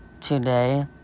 today